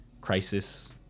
crisis